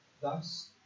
thus